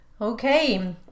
Okay